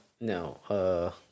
No